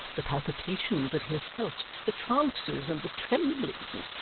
the palpitations that he has felt, the trances and the tremblings,